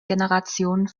generationen